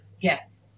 Yes